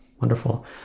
Wonderful